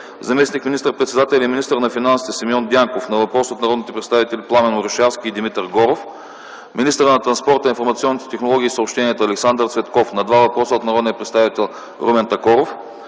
заместник министър-председателят и министър на финансите Симеон Дянков – на въпрос от народните представители Пламен Орешарски и Димитър Горов; министърът на транспорта, информационните технологии и съобщенията Александър Цветков – на два въпроса от народния представител Румен Такоров;